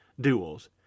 duels